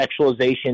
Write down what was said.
sexualization